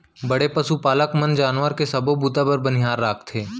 बड़े पसु पालक मन जानवर के सबो बूता बर बनिहार राखथें